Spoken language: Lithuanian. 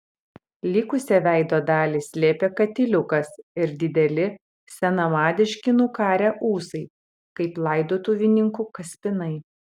likusią veido dalį slėpė katiliukas ir dideli senamadiški nukarę ūsai kaip laidotuvininkų kaspinai